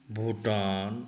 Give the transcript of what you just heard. Bhutan